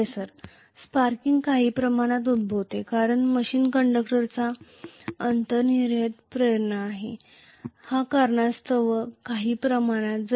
professor sparking या कारणास्तव काही प्रमाणात उद्भवते कारण मशीन कंडक्टरचा अंतर्निहित प्रेरणा या कारणास्तव काही प्रमाणात उद्भवते